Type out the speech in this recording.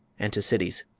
and to cities.